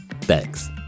thanks